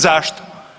Zašto?